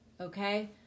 Okay